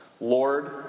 Lord